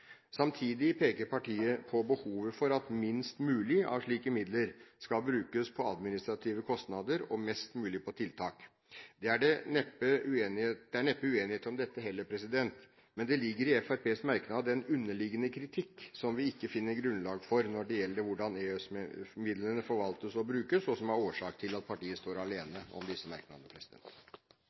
Samtidig peker partiet på behovet for at minst mulig av slike midler skal brukes på administrative kostnader og mest mulig på tiltak. Det er neppe uenighet om dette heller, men det ligger i Fremskrittspartiets merknader en underliggende kritikk, som vi ikke finner grunnlag for, når det gjelder hvordan EØS-midlene forvaltes og brukes, og som er årsak til at partiet står alene om disse merknadene.